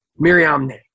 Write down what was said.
Miriamne